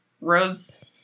Rose